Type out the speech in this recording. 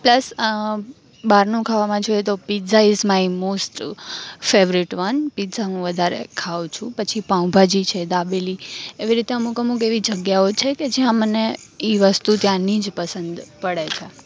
plus બહારનું ખાવામાં જોઈ તો pizza is my most favourite one pizza હું વધારે ખાઉ છું પછી પાઉં ભાજી છે દાબેલી એવી રીતે અમુક અમુક એવી જગ્યાઓ છે કે જયાં મને ઈ વસ્તુ ત્યાંની જ પસંદ પડે છે